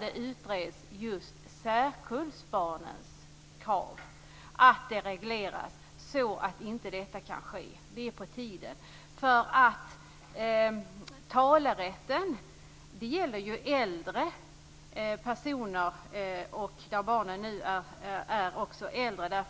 Det måste regleras så att detta inte kan ske. Det är på tiden. Talerätten gäller ju äldre personer där barnen också är äldre.